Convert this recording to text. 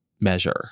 measure